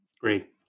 Great